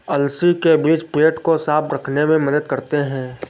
अलसी के बीज पेट को साफ़ रखने में मदद करते है